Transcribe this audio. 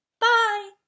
Bye